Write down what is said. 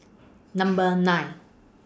Number nine